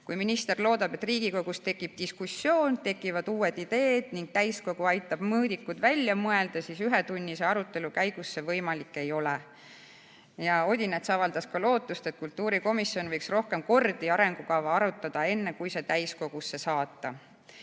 Kui minister loodab, et Riigikogus tekib diskussioon, tekivad uued ideed ning täiskogu aitab mõõdikud välja mõelda, siis peab ütlema, et ühetunnise arutelu käigus see võimalik ei ole. Odinets avaldas ka lootust, et kultuurikomisjon võiks rohkem kordi arengukava arutada, enne kui see täiskogusse saata.